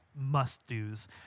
must-dos